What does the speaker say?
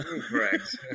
Correct